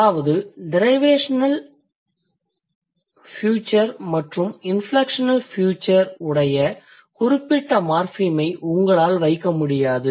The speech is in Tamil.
அதாவது டிரைவேஷனல் ஃபியூச்சர் மற்றும் இன்ஃப்லெக்ஷனல் ஃபியூச்சர் உடைய குறிப்பிட்ட மார்ஃபிம் ஐ உங்களால் வைக்க முடியாது